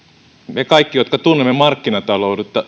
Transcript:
me kaikki jotka tunnemme markkinataloutta